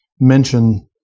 mention